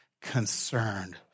concerned